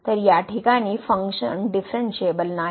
तर या ठिकाणी फंक्शन डीफरनशिएबल नाही